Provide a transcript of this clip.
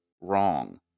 wrong